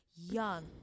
young